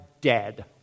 dead